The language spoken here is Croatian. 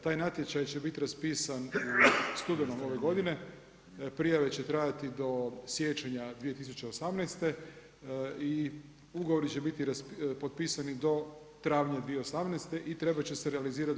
Taj natječaj će biti raspisan u studenog ove godine, prijave će trajati do siječnja 2018. i ugovori će biti potpisani do travnja 2018. i trebat će se realizirati do